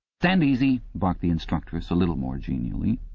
stand easy barked the instructress, a little more genially.